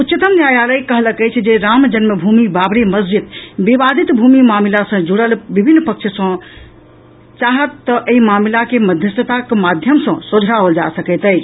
उच्चतम न्यायालय कहलक अछि जे राम जन्म भूमि बाबरी मस्जिद विवादित भूमि मामिला सॅ जुड़ल विभिन्न पक्ष जॅ चाहत तऽ एहि मामिला के मध्यस्थता के माध्यम सॅ सोझराओल जा सकैत अछि